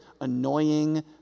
annoying